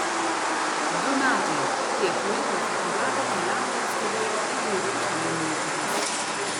du metai tiek laiko fotografė keliavo ir stebėjo įvairių šalių moteris